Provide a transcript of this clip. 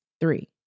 three